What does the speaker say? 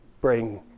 bring